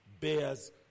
bears